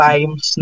Times